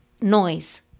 noise